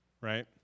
right